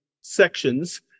sections